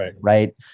right